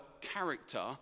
character